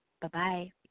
bye-bye